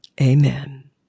Amen